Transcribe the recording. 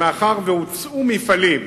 מאחר שהוצאו מפעלים,